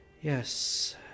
Yes